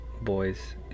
Boys